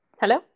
hello